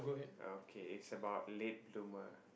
okay it's about late bloomer